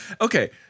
okay